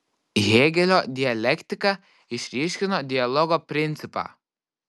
hėgelio dialektika išryškino dialogo principą